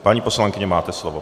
Paní poslankyně, máte slovo.